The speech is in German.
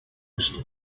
ist